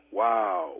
wow